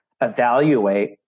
evaluate